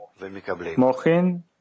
Mochin